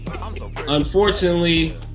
unfortunately